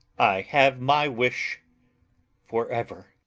i have my wish for ever.